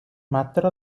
ମାତ୍ର